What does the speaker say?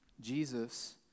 Jesus